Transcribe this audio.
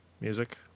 music